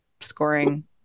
scoring